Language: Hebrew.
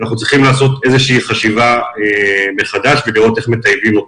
אנחנו צריכים לעשות איזושהי חשיבה מחדש ולגלות איך מטייבים אותה.